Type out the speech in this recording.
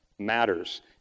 matters